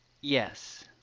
Yes